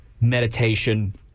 meditation